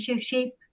shape